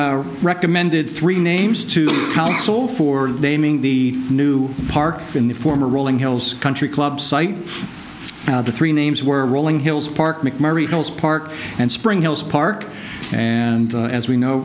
recommended three names to council for naming the new park in the former rolling hills country club site now the three names were rolling hills park mcmurry park and spring hills park and as we know